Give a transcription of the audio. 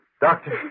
Doctor